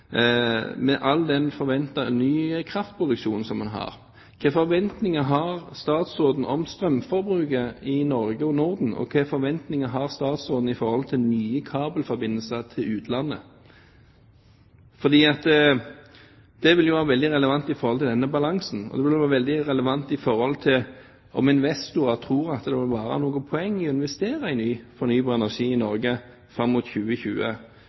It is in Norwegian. Hvilke forventninger har statsråden til strømforbruket i Norge og i Norden? Hvilke forventninger har statsråden til nye kabelforbindelser til utlandet? Det vil være veldig relevant for denne balansen, og det vil være veldig relevant med tanke på om investorer tror at det vil være et poeng å investere i ny fornybar energi i Norge fram mot 2020.